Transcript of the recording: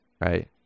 right